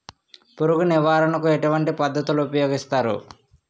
పురుగు నివారణ కు ఎటువంటి పద్ధతులు ఊపయోగిస్తారు?